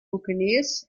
buccaneers